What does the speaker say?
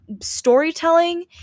storytelling